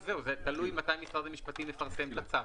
תלוי מתי משרד המשפטים מפרסם את הצו.